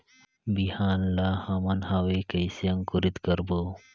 बिहान ला हमन हवे कइसे अंकुरित करबो?